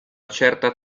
certa